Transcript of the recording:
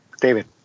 David